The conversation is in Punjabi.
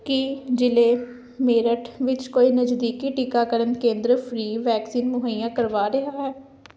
ਕੀ ਜ਼ਿਲ੍ਹੇ ਮੇਰਠ ਵਿੱਚ ਕੋਈ ਨਜ਼ਦੀਕੀ ਟੀਕਾਕਰਨ ਕੇਂਦਰ ਫ੍ਰੀ ਵੈਕਸੀਨ ਮੁਹੱਈਆ ਕਰਵਾ ਰਿਹਾ ਹੈ